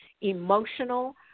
emotional